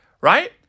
right